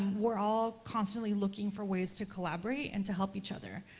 we're all constantly looking for ways to collaborate, and to help each other,